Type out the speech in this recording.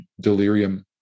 delirium